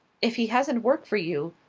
if he hasn't work for you,